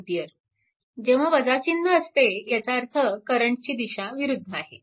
857A जेव्हा चिन्ह असते त्याचा अर्थ करंट ची दिशा विरुद्ध आहे